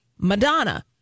Madonna